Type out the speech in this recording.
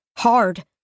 hard